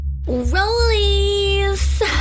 Rollies